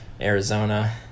arizona